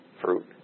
Fruit